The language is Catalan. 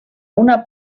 una